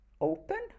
open